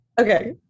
Okay